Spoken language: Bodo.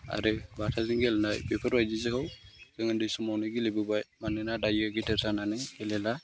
आरो बाथाजों गेलेनाय बेफोरबायदिआव जों उन्दै समावनो गेलेबोबाय मानोना दायो गेदेर जानानै गेलेला